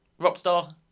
Rockstar